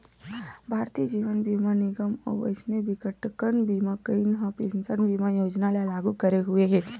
भारतीय जीवन बीमा निगन अउ अइसने बिकटकन बीमा कंपनी ह पेंसन बीमा योजना ल लागू करे हुए हे